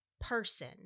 person